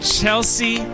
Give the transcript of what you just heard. Chelsea